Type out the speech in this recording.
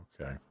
Okay